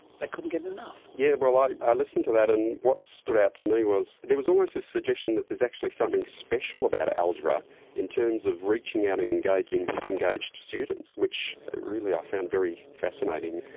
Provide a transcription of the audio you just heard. they couldn't get enough. yeah yes, i i listened to that, and what stood out to me was there was almost this suggestion that there is actually something special about algebra in terms of reaching out and engaging disengaged students, which really i found very fascinating.